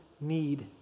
need